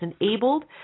enabled